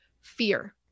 fear